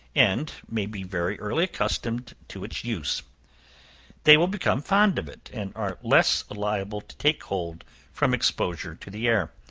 and may be very early accustomed to its use they will become fond of it, and are less liable to take cold from exposure to the air.